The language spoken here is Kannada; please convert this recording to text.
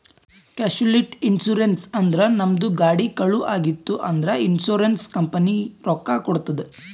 ಕ್ಯಾಶುಲಿಟಿ ಇನ್ಸೂರೆನ್ಸ್ ಅಂದುರ್ ನಮ್ದು ಗಾಡಿ ಕಳು ಆಗಿತ್ತ್ ಅಂದ್ರ ಇನ್ಸೂರೆನ್ಸ್ ಕಂಪನಿ ರೊಕ್ಕಾ ಕೊಡ್ತುದ್